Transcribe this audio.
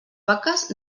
vaques